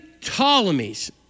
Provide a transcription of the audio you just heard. Ptolemies